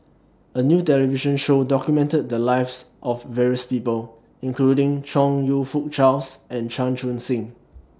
A New television Show documented The Lives of various People including Chong YOU Fook Charles and Chan Chun Sing